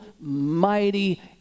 mighty